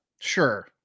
Sure